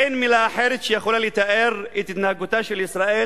אין מלה אחרת שיכולה לתאר את התנהגותה של ישראל,